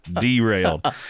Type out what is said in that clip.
derailed